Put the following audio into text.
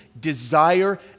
desire